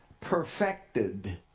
perfected